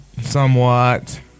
Somewhat